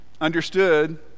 understood